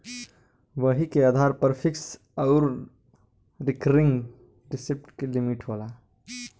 वही के आधार पर फिक्स आउर रीकरिंग डिप्सिट के लिमिट होला